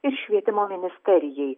ir švietimo ministerijai